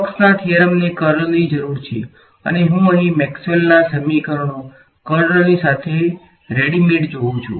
સ્ટોક્સના થીયરમને કર્લની જરૂર છે અને હું અહીં મેક્સવેલના સમીકરણો કર્લ ની સાથે રેડીમેઈડ જોઉ છુ